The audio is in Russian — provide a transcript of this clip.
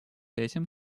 этим